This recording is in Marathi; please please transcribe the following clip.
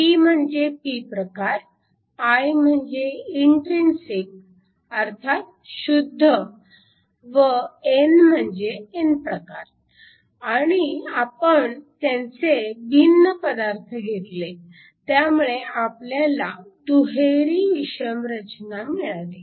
p म्हणजे p प्रकार i म्हणजे इंट्रिनसिक अर्थात शुद्ध व n म्हणजे n प्रकार आणि आपण त्यांचे भिन्न पदार्थ घेतले त्यामुळे आपल्याला दुहेरी विषम रचना मिळाली